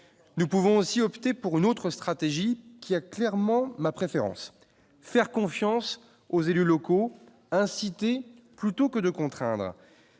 nous pouvons aussi opter pour une autre stratégie qui a clairement ma préférence, faire confiance aux élus locaux inciter plutôt que de contraindre,